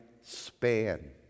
span